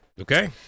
okay